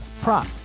prop